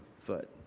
foot